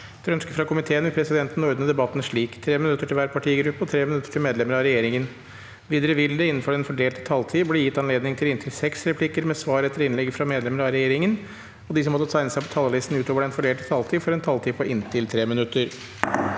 og sosialkomiteen vil presidenten ordne debatten slik: 3 minutter til hver partigruppe og 3 minutter til medlemmer av regjeringen. Videre vil det – innenfor den fordelte taletid – bli gitt anledning til inntil seks replikker med svar etter innlegg fra medlemmer av regjeringen, og de som måtte tegne seg på talerlisten utover den fordelte taletid, får også en taletid på inntil 3 minutter.